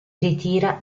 ritira